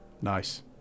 nice